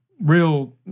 real